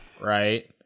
Right